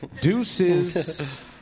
deuces